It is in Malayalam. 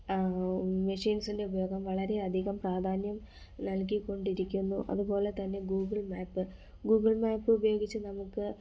മെഷീൻസിൻ്റെ ഉപയോഗം വളരേയധികം പ്രാധാന്യം നൽകിക്കൊണ്ടിരിക്കുന്നു അത്പോലെ തന്നെ ഗൂഗിൾ മാപ് ഗൂഗിൾ മാപ് ഉപയോഗിച്ച് നമുക്ക്